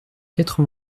quatre